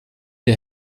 der